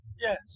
Yes